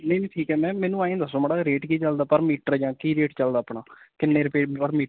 ਨਹੀਂ ਨਹੀਂ ਠੀਕ ਹੈ ਮੈਮ ਮੈਨੂੰ ਆਂਂਏ ਦੱਸੋ ਮਾੜਾ ਜਿਹਾ ਰੇਟ ਕੀ ਚੱਲਦਾ ਪਰ ਮੀਟਰ ਜਾਂ ਕੀ ਰੇਟ ਚੱਲਦਾ ਆਪਣਾ ਕਿੰਨੇ ਰੁਪਏ ਪਰ ਮੀਟਰ ਹੈ